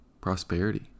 prosperity